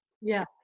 Yes